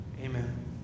amen